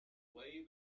way